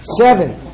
Seven